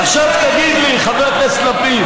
בוא, חבר הכנסת לפיד.